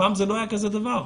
פעם לא היה כזה דבר.